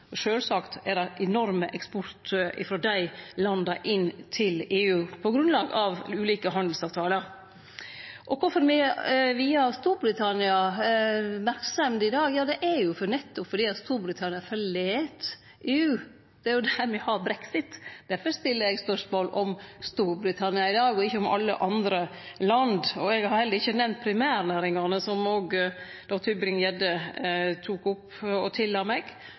Sjølvsagt er det enorm eksport frå dei landa inn til EU, på grunnlag av ulike handelsavtalar. Og kvifor me vier Storbritannia merksemd i dag, er jo nettopp fordi Storbritannia forlèt EU. Det er jo der me har brexit. Derfor stiller eg spørsmål om Storbritannia i dag og ikkje om alle andre land. Eg har heller ikkje nemnt primærnæringane, som òg Tybring-Gjedde tok opp og tilla meg.